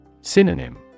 Synonym